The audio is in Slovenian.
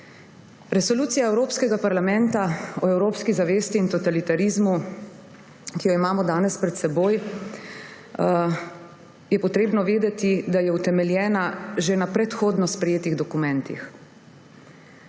Resoluciji Evropskega parlamenta o evropski zavesti in totalitarizmu, ki jo imamo danes pred seboj, je potrebno vedeti, da je utemeljena že na predhodno sprejetih dokumentih;